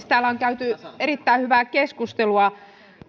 täällä on käyty erittäin hyvää keskustelua